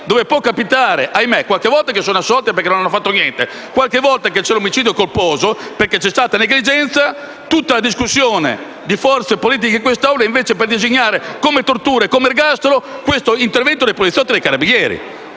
dove può capitare - ahimè - che qualche volta siano assolti perché non hanno fatto niente, ed altre volte che sia omicidio colposo perché c'è stata negligenza. Tutta la discussione delle forze politiche in quest'Aula è per designare come tortura da punire con l'ergastolo questo intervento dei poliziotti e dei carabinieri,